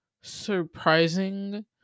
surprising